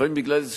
לפעמים בגלל איזה